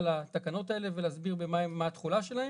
לתקנות האלה ולהסביר מה התכולה שלהן,